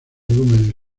volúmenes